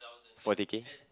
forty K